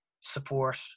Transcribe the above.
support